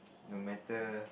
no matter